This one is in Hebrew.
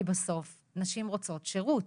כי בסוף נשים רוצות שירות.